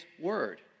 word